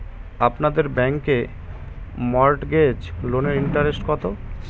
আপনাদের ব্যাংকে মর্টগেজ লোনের ইন্টারেস্ট কত?